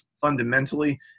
fundamentally